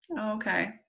Okay